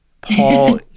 Paul